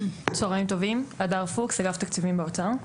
שלום, הדר פוקס, אגף תקציבים באוצר.